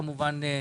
כמובן,